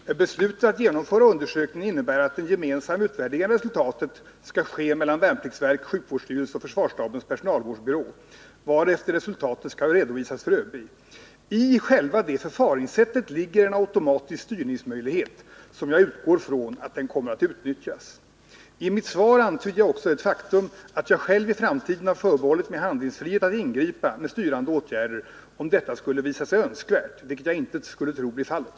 Herr talman! Beslutet att genomföra undersökningen innebär att en gemensam utvärdering av resultatet skall ske mellan värnpliktsverket, sjukvårdsstyrelsen och försvarsstabens personalvårdsbyrå, varefter resultatet skall redovisas för ÖB. I detta förfaringssätt ligger en automatisk styrningsmöjlighet, som jag utgår från kommer att utnyttjas. I mitt svar antydde jag också det faktum att jag själv har förbehållit mig friheten att i framtiden ingripa med styrande åtgärder, om detta skulle visa sig önskvärt, vilket jag inte skulle tro blir fallet.